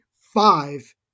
five